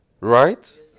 Right